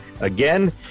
again